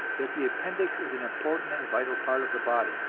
that the appendix is an important and vital part of the body,